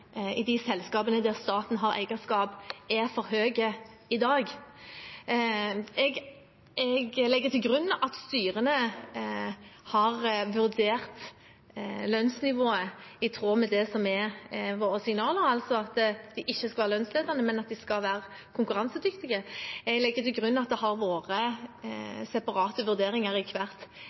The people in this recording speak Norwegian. i selskaper der staten har eierskap, har for høy lønn i dag. Jeg legger til grunn at styrene har vurdert lønnsnivået i tråd med våre signaler, altså at de ikke skal være lønnsledende, men at de skal være konkurransedyktige. Jeg legger til grunn at det har vært separate vurderinger i hvert